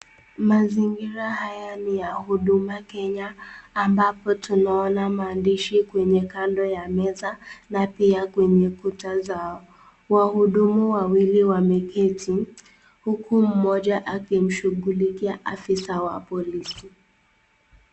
Mazingira haya ni ya Huduma Kenya ambapo tunaona maandishi kwenye kando ya meza na pia kwenye kuta zao. Wahudumu wawili wameketi huku mmoja akimshughulikia afisa wa polisi.